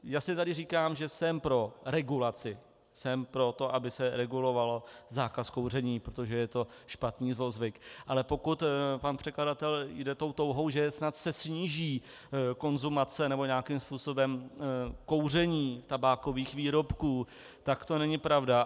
Jasně tady říkám, že jsem pro regulaci, jsem pro to, aby se reguloval zákaz kouření, protože je to špatný zlozvyk, ale pokud pan předkladatel jde touhou, že se snad sníží konzumace nebo nějakým způsobem kouření tabákových výrobků, tak to není pravda.